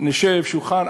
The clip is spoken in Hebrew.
נשב לשולחן,